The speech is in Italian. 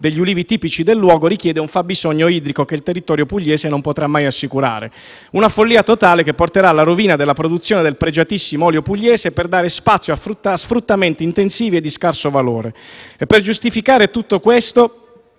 degli ulivi tipici del luogo - richiede un fabbisogno idrico che il territorio pugliese non potrà mai assicurare. Una follia totale che porterà alla rovina della produzione del pregiatissimo olio pugliese per dare spazio a sfruttamenti intensivi e di scarso valore. Per giustificare tutto questo